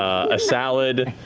ah a salad.